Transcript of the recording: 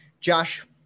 Josh